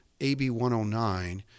AB-109